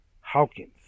Hawkins